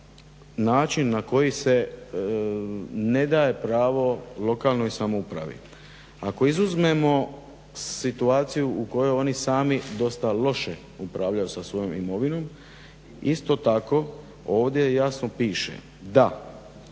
način na koji se ne daje pravo lokalnoj samoupravi. Ako izuzmemo situaciju u kojoj oni sami dosta loše upravljaju sa svojom imovinom isto tako ovdje jasno piše da